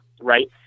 Right